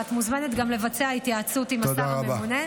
ואת מוזמנת גם לבצע התייעצות עם השר הממונה.